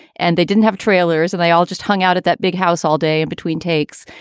and they didn't have trailers and they all just hung out at that big house all day in between takes.